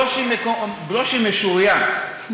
ברושי משוריין.